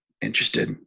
interested